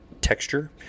texture